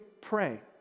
pray